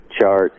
chart